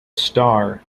star